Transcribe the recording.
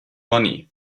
money